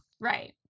right